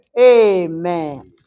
amen